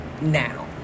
now